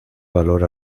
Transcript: valor